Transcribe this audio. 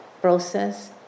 process